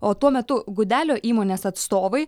o tuo metu gudelio įmonės atstovai